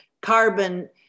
carbon